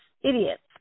idiots